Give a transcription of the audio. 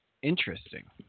Interesting